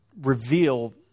reveal